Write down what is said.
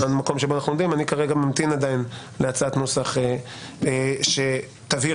אני ממתין להצעת נוסח שתבהיר,